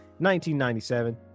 1997